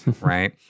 right